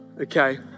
Okay